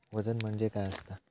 वजन म्हणजे काय असता?